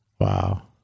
Wow